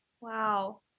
Wow